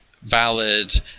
valid